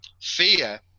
fear